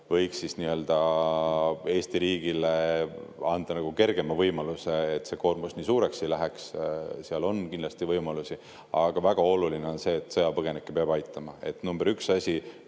võiks Eesti riigile anda kergema võimaluse, et see koormus nii suureks ei läheks. Seal on kindlasti võimalusi. Aga väga oluline on see, et sõjapõgenikke peab aitama. Number üks asi: